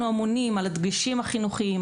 אנחנו אמונים על הדגשים החינוכיים,